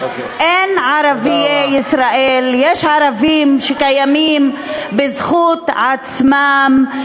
אין "ערביי ישראל", יש ערבים שקיימים בזכות עצמם.